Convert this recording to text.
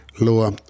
lower